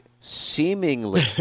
seemingly